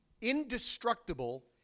indestructible